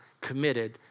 committed